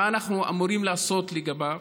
מה אנחנו אמורים לעשות לגביהם: